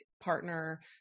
partner